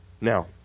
Now